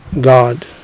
God